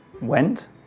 went